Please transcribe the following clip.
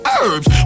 herbs